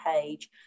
page